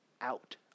out